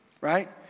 Right